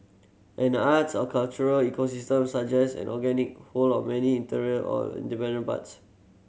an arts and cultural ecosystem suggest an organic whole of many interrelated or dependent parts